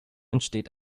entsteht